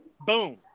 Boom